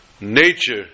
nature